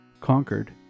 conquered